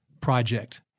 Project